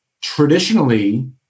Traditionally